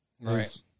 Right